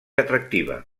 atractiva